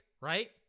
right